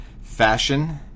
Fashion